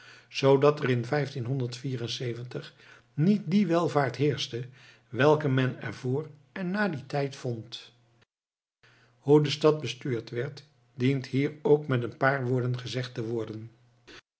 zoodat er in niet die welvaart heerschte welke men er vr en na dien tijd vond hoe de stad bestuurd werd dient hier ook met een paar woorden gezegd te worden